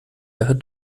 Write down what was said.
daher